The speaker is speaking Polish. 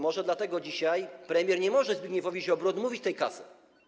Może dlatego dzisiaj premier nie może Zbigniewowi Ziobrze odmówić tej kasy?